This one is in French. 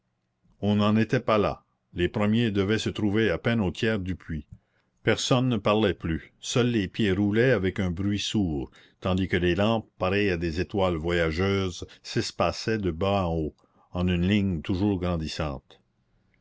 on n'en était pas là les premiers devaient se trouver à peine au tiers du puits personne ne parlait plus seuls les pieds roulaient avec un bruit sourd tandis que les lampes pareilles à des étoiles voyageuses s'espaçaient de bas en haut en une ligne toujours grandissante